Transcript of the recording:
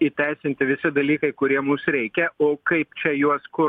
įteisinti visi dalykai kurie mus reikia o kaip čia juos kur